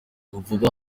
vuba